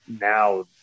now